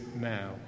now